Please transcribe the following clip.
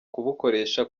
kubukoresha